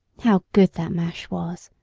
how good that mash was!